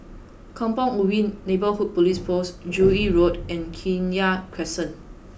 Kampong Ubi Neighbourhood Police Post Joo Yee Road and Kenya Crescent